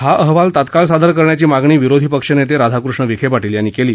हा अहवाल तात्काळ सादर करण्याची मागणी विरोधी पक्षनेते राधाकृष्ण विखे पाटील यांनी केली